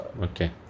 Okay